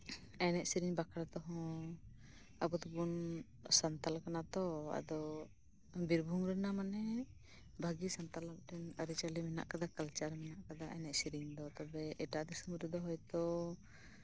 ᱮᱱᱮᱡ ᱥᱮᱨᱮᱧ ᱵᱟᱠᱷᱨᱟ ᱛᱮᱦᱚᱸ ᱟᱵᱚ ᱫᱚᱵᱚᱱ ᱥᱟᱱᱛᱟᱞᱤ ᱠᱥᱱᱟ ᱛᱚ ᱨᱮᱱᱟᱜ ᱢᱟᱱᱮ ᱵᱷᱟᱹᱜᱤ ᱢᱤᱫᱴᱟᱱ ᱥᱟᱱᱛᱟᱞᱤ ᱟᱹᱨᱤᱪᱟᱞᱤ ᱢᱮᱱᱟᱜ ᱟᱠᱟᱫᱟ ᱠᱟᱞᱪᱟᱨ ᱢᱮᱱᱟᱜ ᱠᱟᱫᱟ ᱮᱱᱮᱡ ᱥᱮᱨᱮᱧ ᱫᱚ ᱮᱴᱟᱜ ᱫᱤᱥᱚᱢ ᱨᱮᱫᱚ ᱠᱤᱱᱛᱩ